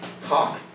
talk